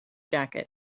jacket